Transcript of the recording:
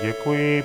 Děkuji.